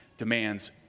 demands